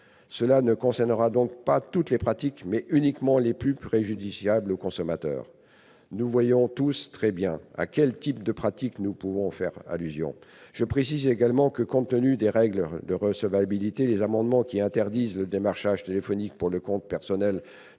Cela ne concernera donc pas toutes les pratiques, mais uniquement les plus préjudiciables aux consommateurs- nous voyons tous très bien à quel type de pratiques je fais allusion. Je précise en outre que, compte tenu des règles de recevabilité, les amendements visant à interdire le démarchage téléphonique pour le compte personnel